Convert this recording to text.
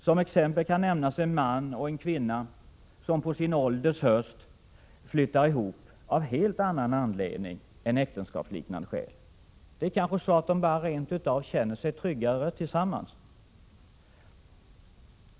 Som exempel kan nämnas en man och en kvinna som på sin ålders höst flyttar ihop av helt annan anledning än äktenskapsliknande skäl. De kanske rent av känner sig tryggare tillsammans än ensamma.